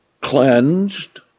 cleansed